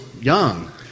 young